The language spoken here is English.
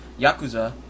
yakuza